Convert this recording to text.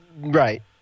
Right